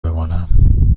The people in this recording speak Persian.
بمانم